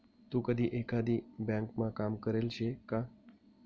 तू कधी एकाधी ब्यांकमा काम करेल शे का?